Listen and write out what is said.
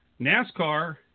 NASCAR